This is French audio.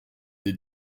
des